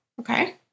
Okay